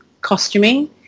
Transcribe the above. costuming